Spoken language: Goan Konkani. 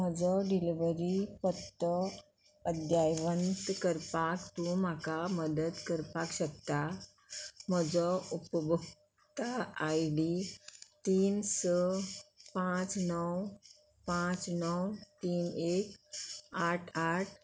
म्हजो डिलिव्हरी पत्तो अध्यायवंत करपाक तूं म्हाका मदत करपाक शकता म्हजो उपभोक्ता आय डी तीन स पांच णव पांच णव तीन एक आठ आठ